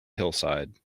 hillside